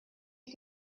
you